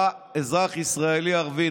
בא אזרח ישראלי ערבי,